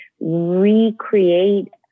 recreate